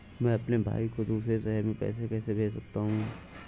मैं अपने भाई को दूसरे शहर से पैसे कैसे भेज सकता हूँ?